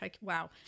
Wow